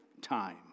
time